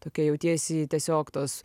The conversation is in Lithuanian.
tokia jautiesi tiesiog tos